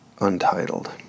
Untitled